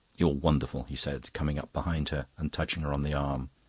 you're wonderful, he said, coming up behind her and touching her on the arm.